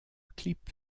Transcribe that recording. clip